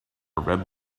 red